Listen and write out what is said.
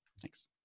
Thanks